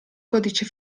codice